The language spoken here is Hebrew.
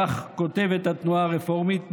כך כותבת התנועה הרפורמית,